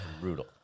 brutal